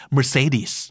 Mercedes